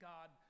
God